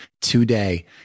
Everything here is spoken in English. today